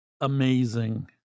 amazing